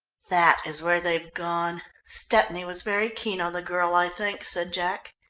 that is where they've gone. stepney was very keen on the girl, i think, said jack.